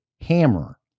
hammer